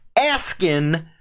asking